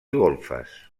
golfes